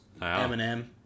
Eminem